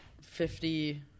fifty